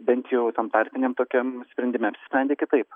bent jau tam tarpiniam tokiam sprendime apsisprendė kitaip